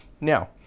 Now